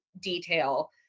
detail